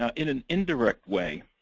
um in an indirect way,